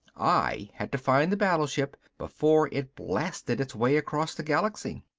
i had to find the battleship before it blasted its way across the galaxy.